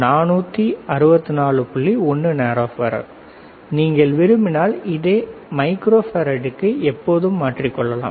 1 nanofarad நீங்கள் விரும்பினால் இதை மைக்ரோஃபாரட்டுக்கு எப்போதும் மாற்றிக்கொள்ளலாம்